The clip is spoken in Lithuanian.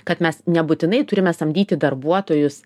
kad mes nebūtinai turime samdyti darbuotojus